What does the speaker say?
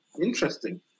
interesting